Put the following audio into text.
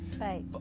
right